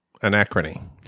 Anachrony